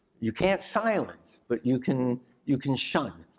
you can't silence, but you can you can shun.